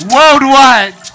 Worldwide